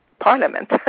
parliament